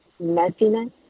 messiness